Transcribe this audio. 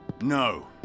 No